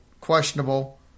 questionable